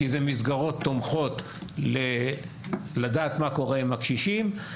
כמסגרות תומכות שמאפשרות לדעת מה קורה עם הקשישים.